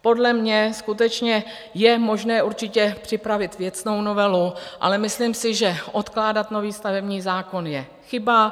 Podle mě skutečně je možné připravit věcnou novelu, ale myslím si, že odkládat nový stavební zákon je chyba.